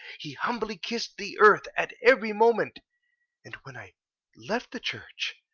he humbly kissed the earth at every moment and when i left the church,